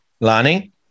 Lani